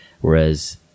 whereas